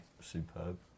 Superb